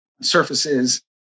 surfaces